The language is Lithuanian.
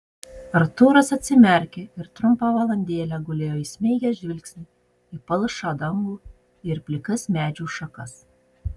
artūras atsimerkė ir trumpą valandėlę gulėjo įsmeigęs žvilgsnį į palšą dangų ir plikas medžių šakas